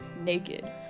naked